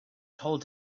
told